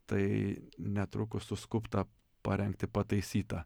tai netrukus suskubta parengti pataisytą